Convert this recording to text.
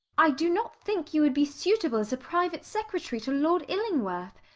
i do not think you would be suitable as a private secretary to lord illingworth.